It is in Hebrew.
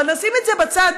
אבל נשים את זה בצד,